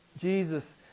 Jesus